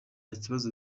bibazo